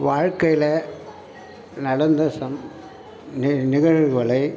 வாழ்க்கையில் நடந்த நிகழ்வுகளை